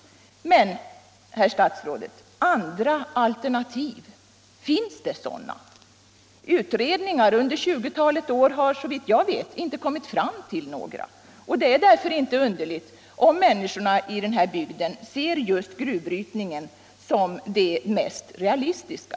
Men, herr talman, finns det andra alternativ? Utredningar under ett tjugotal år har såvitt jag vet inte kommit fram till några. Det är därför inte underligt om människorna i den här bygden ser just gruvbrytningen som det mest realistiska.